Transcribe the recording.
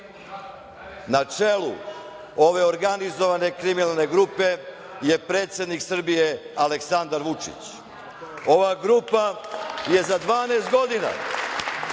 čelu ove organizovane kriminalne grupe je predsednik Srbije Aleksandar Vučić. Ova grupa je za 12 godina